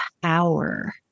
power